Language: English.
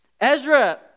Ezra